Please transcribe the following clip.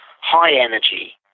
high-energy